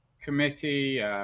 committee